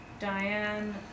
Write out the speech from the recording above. Diane